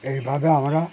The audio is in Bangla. এইভাবে আমরা